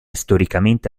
storicamente